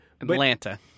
Atlanta